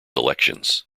elections